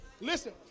listen